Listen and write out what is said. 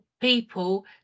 people